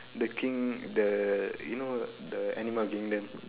the king~ the you know the animal kingdom